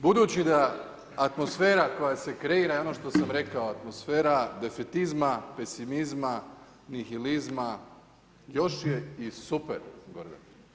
Budući da atmosfera koja se kreira i ono što sam rekao atmosfera defitizma, pesimizma, nihilizma, još je i super Gordane.